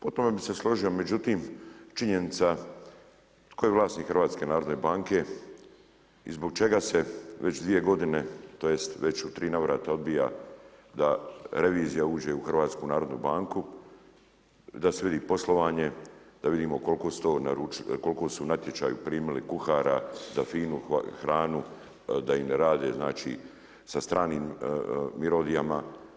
Potpuno bi složio, međutim činjenica tko je vlasnik HNB-a i zbog čega se već 2 godine tj. u 3 već 3 navrata odbija da revizija uđe u HNB, da se vidi poslovanje, da vidimo koliko su natječaji primili kuhara za finu hranu da im rade sa stranim mirodijama.